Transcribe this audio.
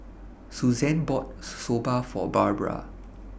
Susanne bought Soba For Barbara